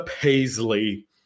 Paisley